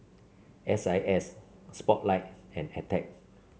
S I S Spotlight and Attack